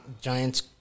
Giants